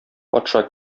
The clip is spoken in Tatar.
патша